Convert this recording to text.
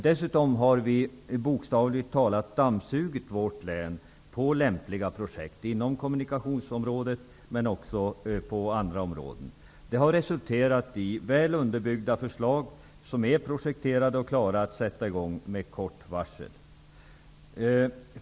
Dessutom har vi bokstavligt talat dammsugit vårt län för att hitta lämpliga projekt inom kommunikationsområdet, men också på andra områden. Det har resulterat i väl underbyggda förslag, som är projekterade och klara att sätta i gång med kort varsel.